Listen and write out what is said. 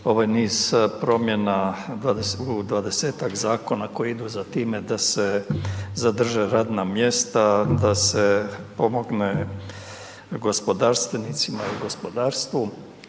ovaj niz promjena u 20-tak zakona koji idu za time da se zadrže radna mjesta, da se pomogne gospodarstvenicima i gospodarstvu.